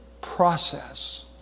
process